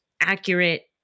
accurate